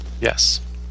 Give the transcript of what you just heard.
Yes